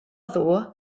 ddoe